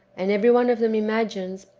and every one of them imagines,